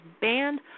banned